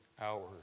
hours